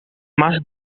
más